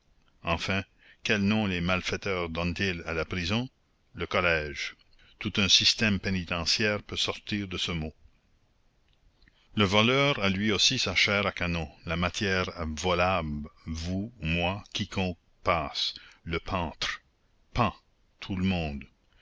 enfin quel nom les malfaiteurs donnent-ils à la prison le collège tout un système pénitentiaire peut sortir de ce mot le voleur a lui aussi sa chair à canon la matière volable vous moi quiconque passe le pantre pan